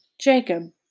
Jacob